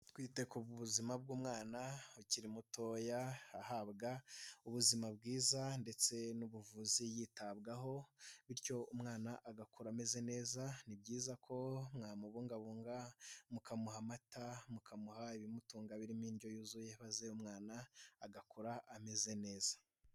Twite ku buzima bw'umwana ukiri mutoya, ahabwa ubuzima bwiza ndetse n'ubuvuzi, yitabwaho bityo umwana agakura ameze neza, ni byiza ko mwamubungabunga, mukamuha amata, mukamuha ibimutunga birimo indyo yuzuye maze umwana agakura ameze neza.